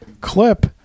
clip